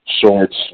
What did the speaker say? shorts